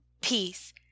peace